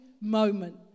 moment